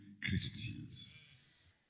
Christians